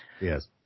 Yes